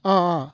অ' অ'